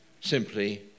simply